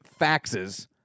faxes